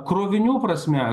krovinių prasme